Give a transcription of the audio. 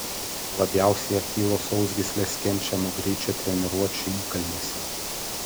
labiausiai achilo sausgyslės kenčia nuo greičio treniruočių įkalnėse